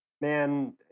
man